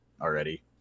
already